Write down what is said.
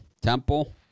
Temple